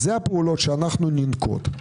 אלה הפעולות שאנחנו ננקוט.